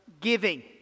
giving